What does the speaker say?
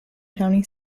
county